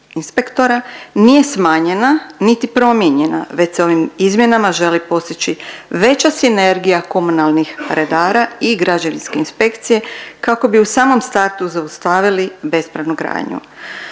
nije smanjena, niti promijenjena već se ovim izmjenama želi postići veća sinergija komunalnih redara i građevinske inspekcije kako bi u samom startu zaustavili bespravnu gradnju,